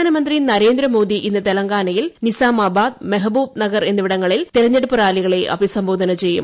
പ്രധാനമന്ത്രി നരേന്ദ്രമോദി ഇന്ന് തെലങ്കാനയിൽ നിസാമാബാദ് മെഹബൂബ് നഗർ എന്നിവിടങ്ങളിൽ തിരഞ്ഞെടുപ്പ് റാലികളെ അഭിസംബോധന ചെയ്യും